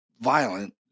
violent